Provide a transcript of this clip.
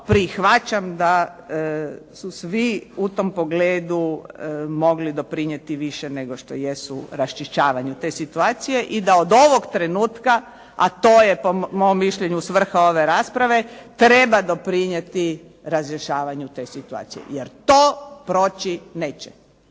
prihvaćam da su svi u tom pogledu mogli doprinijeti više nego što jesu, raščišćavanju te situacije i da od ovog trenutka, a to je po mom mišljenju svrha ove rasprave, treba doprinijeti razrješavanju te situacije, jer to proći neće.